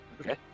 Okay